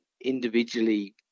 individually